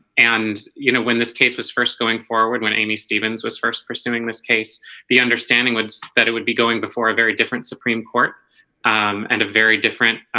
and you know when this case was first going forward when amy stephens was first pursuing this case the understanding was that it would be going before very different supreme court and a very different,